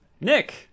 Nick